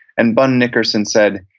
and bun nickerson said,